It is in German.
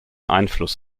einfluss